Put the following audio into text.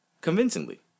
Convincingly